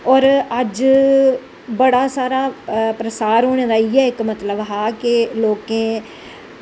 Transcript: और अज्ज बड़ा सारा प्रसार होनें दा इयै इक मतलव हा के लोकें